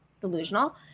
delusional